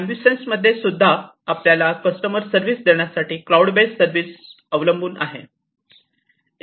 तर अँम्बुसेंन्समध्ये सुद्धा आपण कस्टमरला सर्विस देण्यासाठी क्लाऊड बेस्ड सर्विसवर अवलंबून आहोत